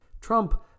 Trump